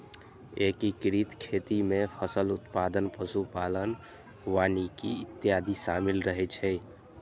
एकीकृत खेती मे फसल उत्पादन, पशु पालन, वानिकी इत्यादि शामिल रहै छै